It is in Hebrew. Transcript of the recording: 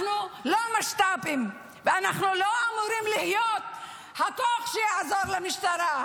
אנחנו לא משת"פים ואנחנו לא אמורים להיות הכוח שיעזור למשטרה.